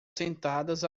sentadas